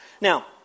Now